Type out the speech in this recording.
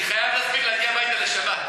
אני חייב להספיק להגיע הביתה לשבת.